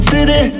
City